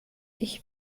ich